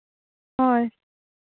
ᱦᱳᱭ